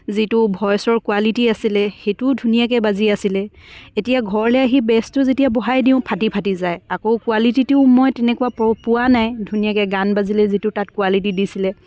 যিটো ভইচৰ কুৱালিটী আছিলে সেইটোও ধুনীয়াকৈ বাজি আছিলে এতিয়া ঘৰলৈ আহি বেছটো যেতিয়া বঢ়াই দিওঁ ফাটি ফাটি যায় আকৌ কৱালিটীটিও মই তেনেকুৱা পোৱা নাই ধুনীয়াকৈ গান বাজিলে যিটো তাত কুৱালিটী দিছিলে